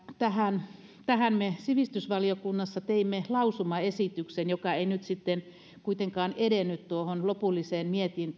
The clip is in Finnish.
tähän tähän me sivistysvaliokunnassa teimme lausumaesityksen joka ei nyt sitten kuitenkaan edennyt tuohon lopulliseen